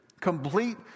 complete